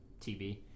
tv